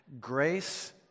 Grace